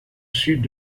sud